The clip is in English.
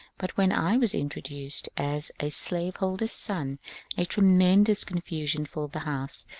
but when i was introduced as a slaveholder's son a tremendous confusion filled the house,